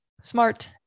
smart